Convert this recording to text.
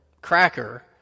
cracker